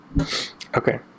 Okay